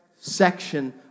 section